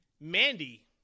Mandy